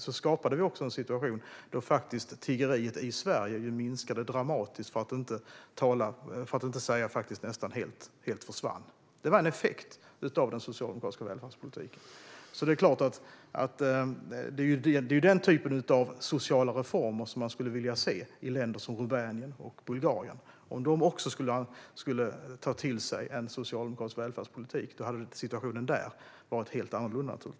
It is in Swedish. Vi skapade en situation där tiggeriet i Sverige minskade dramatiskt, för att inte säga nästan helt försvann. Det var en effekt av den socialdemokratiska välfärdspolitiken. Det är klart att man skulle vilja se den typen av sociala reformer i länder som Rumänien och Bulgarien. Om de skulle ta till sig en socialdemokratisk välfärdspolitik skulle situationen där vara helt annorlunda.